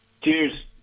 Cheers